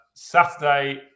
Saturday